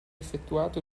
effettuato